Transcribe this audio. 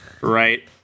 right